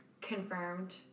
confirmed